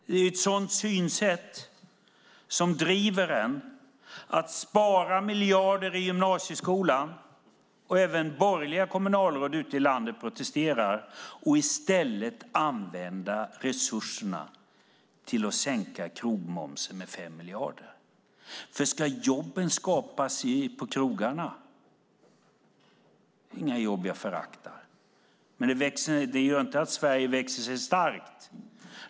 Det är ett sådant synsätt som driver en att spara miljarder i gymnasieskolan - även borgerliga kommunalråd ute i landet protesterar - och i stället använda resurserna till att sänka krogmomsen med 5 miljarder. Ska jobben skapas på krogarna? Det är inga jobb som jag föraktar, men det gör inte att Sverige växer sig starkt.